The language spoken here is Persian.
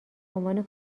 عنوان